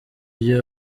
ibyo